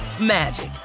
magic